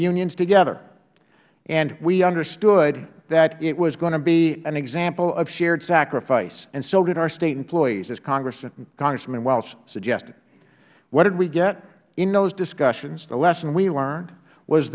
unions together and we understood that it was going to be an example of shared sacrifice and so did our state employees as congressman welch suggested what did we get in those discussions the lesson we learned was